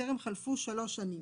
טרם חלפו שלוש שנים.".]